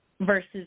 versus